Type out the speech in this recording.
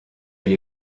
elle